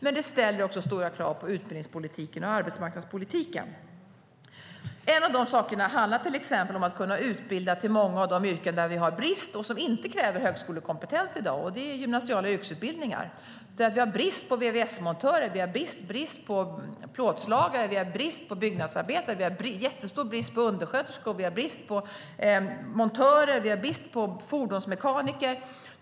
Men det ställer också stora krav på utbildningspolitiken och arbetsmarknadspolitiken. En av dessa saker handlar om att kunna utbilda till många av de yrken där vi i dag har brist och som inte kräver högskolekompetens. Det handlar om gymnasiala yrkesutbildningar. Vi har brist på vvs-montörer, vi har brist på plåtslagare, vi har brist på byggnadsarbetare, vi har jättestor brist på undersköterskor, vi har brist på montörer och vi har brist på fordonsmekaniker.